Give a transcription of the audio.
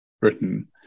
Britain